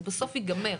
זה בסוף ייגמר.